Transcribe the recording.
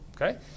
Okay